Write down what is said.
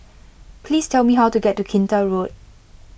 please tell me how to get to Kinta Road